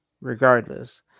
Regardless